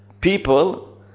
people